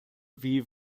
wie